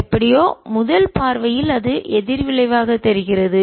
எப்படியோ முதல் பார்வையில் அது எதிர்விளைவாக தெரிகிறது